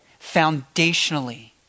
foundationally